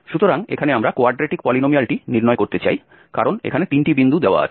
সুতরাং এখানে আমরা কোয়াড্রেটিক পলিনোমিয়ালটি নির্ণয় করতে চাই কারণ এখানে 3টি বিন্দু দেওয়া আছে